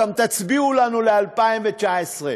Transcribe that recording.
תצביעו לנו גם ל-2019.